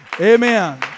Amen